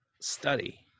study